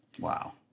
Wow